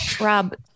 Rob